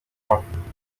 amakipe